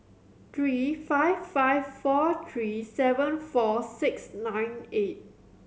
three five five four three seven four six nine eight